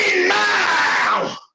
now